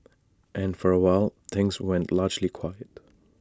and for A while things went largely quiet